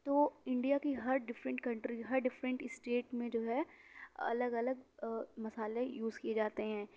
تو انڈیا کی ہر ڈفرینٹ کنٹری ہر دفرینٹ اسٹیٹ میں جو ہے الگ الگ مسالے یوز کیے جاتے ہیں